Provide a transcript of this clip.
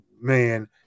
man